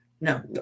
No